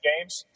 games